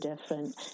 different